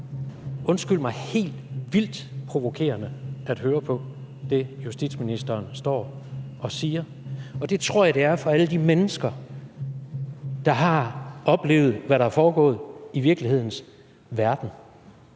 undskyld mig, helt vildt provokerende at høre på, og det tror jeg det er for alle de mennesker, der har oplevet, hvad der er foregået i virkelighedens verden,